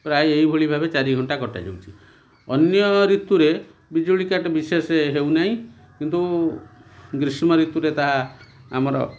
ପ୍ରାୟ ଏଇଭଳି ଭାବେ ଚାରି ଘଣ୍ଟା କଟାଯାଉଛି ଅନ୍ୟ ଋତୁରେ ବିଜୁଳି କାଟ ବିଶେଷ ହେଉନାହିଁ କିନ୍ତୁ ଗ୍ରୀଷ୍ମ ଋତୁରେ ତାହା ଆମର